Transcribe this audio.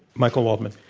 michael waldman?